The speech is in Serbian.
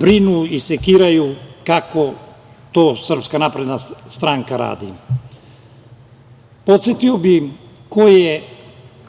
brinu i sekiraju kako to SNS radi. Podsetio bi ko je